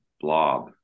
blob